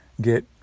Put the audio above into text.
get